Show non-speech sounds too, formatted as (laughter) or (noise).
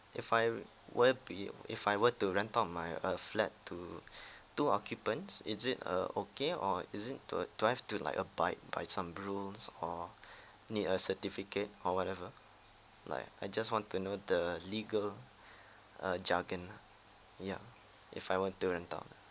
if I what it be if I were to rent out my uh flat to (breath) two occupants is it uh okay or is it do uh do I've to like or (breath) need a certificate or whatever like I just want to know the legal uh jargon lah ya if I were to rent out